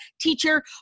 teacher